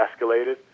escalated